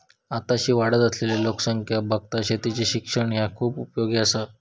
आताशी वाढत असलली लोकसंख्या बघता शेतीचा शिक्षण ह्या खूप उपयोगी आसा